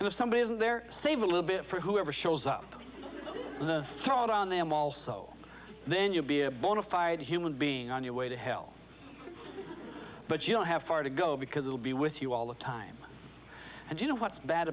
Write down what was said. and if somebody isn't there save a little bit for whoever shows up the toilet on them also then you'll be a bonafide human being on your way to hell but you don't have far to go because it'll be with you all the time and you know what's bad